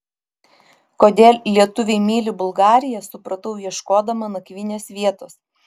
kodėl lietuviai myli bulgariją supratau ieškodama nakvynės vietos